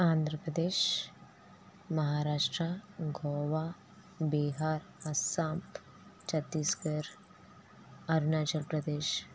Andhra Pradesh Maharashtra Goa Bihar Assam Chhattisgarh Arunachal Pradesh